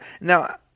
now